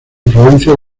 influencias